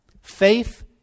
Faith